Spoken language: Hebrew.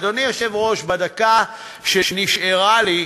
אדוני היושב-ראש, בדקה שנשארה לי,